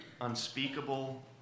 unspeakable